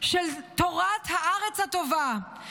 של תורת הארץ הטובה,